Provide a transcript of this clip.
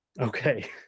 okay